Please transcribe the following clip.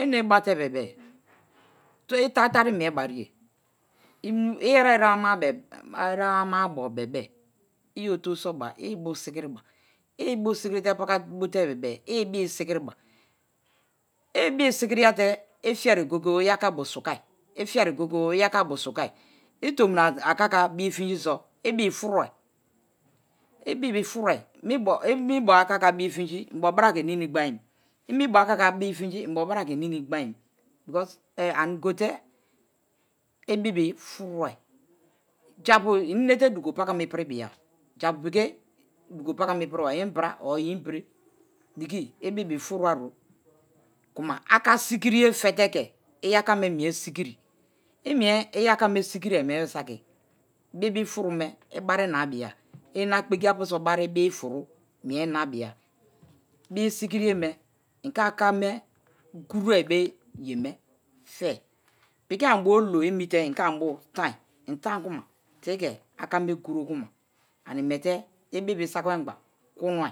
Ene̱ bate̱ be̱be̱-e ita tari mie̱ briye iyeri erebo amabo ị oto so̱ ba, i̱ ọto so̱ te̱ be̱be̱ ị ibu sikiriba i ibusikiri te pakabote-e ibii sikiria te̱ ifiare goye-goye. Iya ka bo sukai, ifiere goye-goye̱ i̱yaka bo̱ sukai̱. I̱ tomini akaka bifingi so̱ ibi furui ibibi furui i inbo akaka bei fingi inbo bara ke̱ ningi gbaim but ani gote ibibi furui japu jnete dugo pakama ipiri boye japu piki dugo paka ma ipiriba imbre dege ibibi furuaro. kuma aka sikiriye sikiki i yaka me̱ mi̱e̱ sikiri, imie iyakame sikiri mie saki bibi furu me ibari na-a biya ina kpeki apu so bari na-a biye. Bi̱ sikiri ye me, in ke akame grow be ye me fe. Inke ani bo olo omi te inke anibio tan, i̱ tan kuma i̱ ke̱ aka me̱ grow kuma animie te ibibi sakimengba kunue